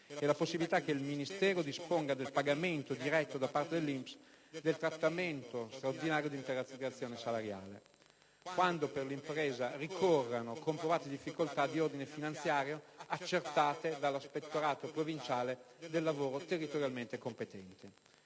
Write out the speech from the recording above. e la possibilità che il Ministero disponga del pagamento diretto da parte dell'INPS del trattamento straordinario di integrazione salariale, quando per l'impresa ricorrano comprovate difficoltà di ordine finanziario accertate dall'Ispettorato provinciale del lavoro territorialmente competente.